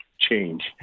change